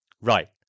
Right